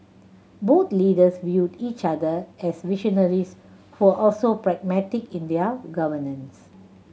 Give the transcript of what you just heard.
both leaders viewed each other as visionaries who also pragmatic in their governance